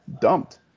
dumped